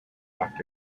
left